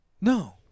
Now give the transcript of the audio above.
No